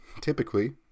typically